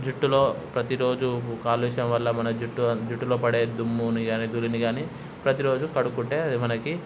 జుట్టులో ప్రతిరోజు కాలుష్యం వల్ల మన జుట్టు జుట్టులో పడే దుమ్ముని కాని ధూళి కాని ప్రతి రోజు కడుక్కుంటే మనకి